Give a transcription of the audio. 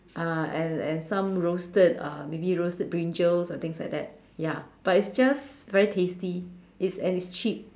uh and and some roasted uh maybe roasted brinjals and things like that ya but it's just very tasty it's and it's cheap